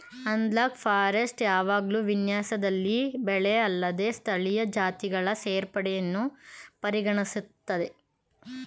analogue forestry ಯಾವಾಗ್ಲೂ ವಿನ್ಯಾಸದಲ್ಲಿ ಬೆಳೆಅಲ್ಲದ ಸ್ಥಳೀಯ ಜಾತಿಗಳ ಸೇರ್ಪಡೆಯನ್ನು ಪರಿಗಣಿಸ್ತದೆ